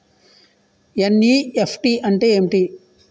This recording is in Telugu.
ఎన్.ఈ.ఎఫ్.టి అంటే ఎంటి?